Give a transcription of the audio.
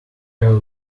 will